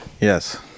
Yes